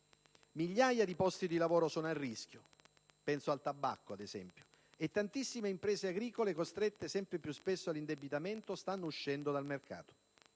migliaia di posti di lavoro sono a rischio (penso al tabacco, ad esempio) e tantissime imprese agricole, costrette sempre più spesso all'indebitamento, stanno uscendo dal mercato.